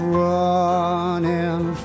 running